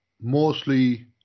mostly